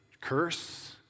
Curse